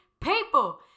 people